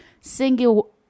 single